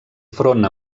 front